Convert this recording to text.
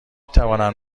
توانم